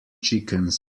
chickens